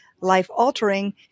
life-altering